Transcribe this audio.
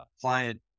client